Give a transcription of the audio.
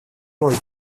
роль